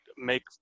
make